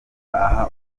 aha